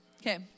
Okay